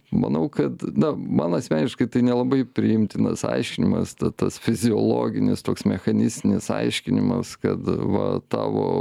manau kad na man asmeniškai tai nelabai priimtinas aiškinimas tas fiziologinis toks mechanistinis aiškinimas kad va tavo